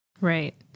Right